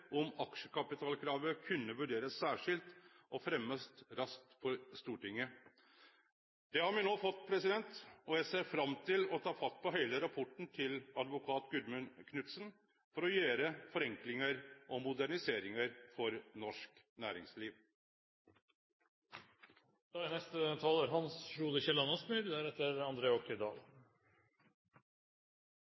om at regjeringa likevel kunne vurdere om «aksjekapitalkravet kan vurderast særskilt og fremjast raskt for Stortinget». Det har me no fått, og eg ser fram til å ta fatt på heile rapporten til advokat Gudmund Knudsen for å gjere forenklingar og moderniseringar for norsk